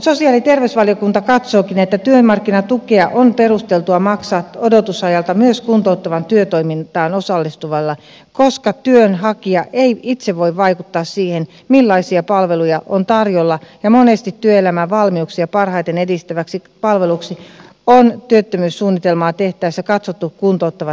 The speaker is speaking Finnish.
sosiaali ja terveysvaliokunta katsookin että työmarkkinatukea on perusteltua maksaa odotusajalta myös kuntouttavaan työtoimintaan osallistuvalle koska työnhakija ei itse voi vaikuttaa siihen millaisia palveluja on tarjolla ja monesti työelämävalmiuksia parhaiten edistäväksi palveluksi on työttömyyssuunnitelmaa tehtäessä katsottu kuntouttava työtoiminta